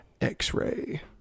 X-Ray